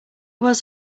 was